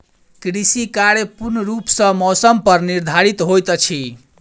कृषि कार्य पूर्ण रूप सँ मौसम पर निर्धारित होइत अछि